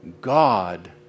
God